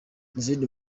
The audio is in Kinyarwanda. izindi